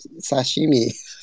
Sashimi